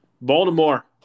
Baltimore